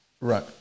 Right